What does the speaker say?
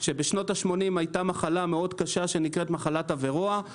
שבשנות ה-80 הייתה מחלה מאוד קשה שנקראת מחלת הוורואה,